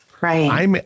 Right